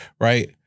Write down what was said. Right